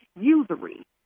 usury